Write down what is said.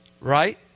right